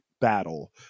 battle